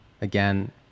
again